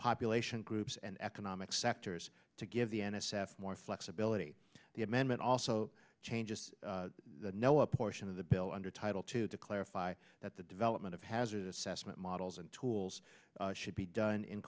population groups and economic sectors to give the n s f more flexibility the amendment also changes the no a portion of the bill under title two to clarify that the development of hazard assessment models and tools should be done in